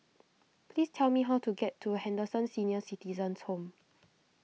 please tell me how to get to Henderson Senior Citizens' Home